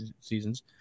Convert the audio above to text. seasons